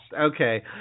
Okay